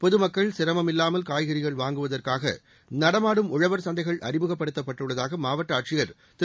பொதுமக்கள் சிரமம் இல்லாமல் காய்கறிகள் வாங்குவதற்காக நடமாடும் உழவர் சந்தைகள் அறிமுகப்படுத்தப்பட்டுள்ளதாக மாவட்ட ஆட்சியர் திரு